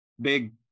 big